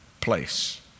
place